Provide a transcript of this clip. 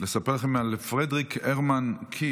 אני רוצה לספר לכם על פרדריק הרמן קיש,